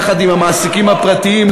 יחד עם המעסיקים הפרטיים,